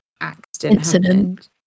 accident